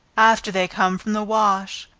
after they come from the wash,